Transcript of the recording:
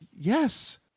Yes